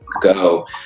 go